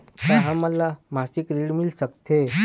का हमन ला मासिक ऋण मिल सकथे?